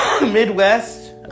Midwest